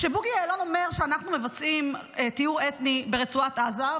כשבוגי יעלון אומר שאנחנו מבצעים טיהור אתני ברצועת עזה,